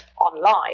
online